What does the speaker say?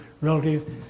relative